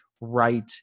right